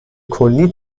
کلی